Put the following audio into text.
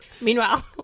Meanwhile